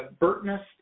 Burtness